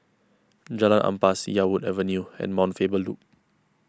Jalan Ampas Yarwood Avenue and Mount Faber Loop